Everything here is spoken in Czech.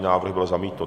Návrh byl zamítnut.